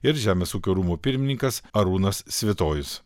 ir žemės ūkio rūmų pirmininkas arūnas svitojus